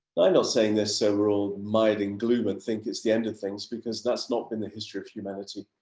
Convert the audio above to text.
i'm not saying there several mired in gloom and think it's the end of things because that's not in the history of humanity.